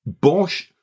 Bosch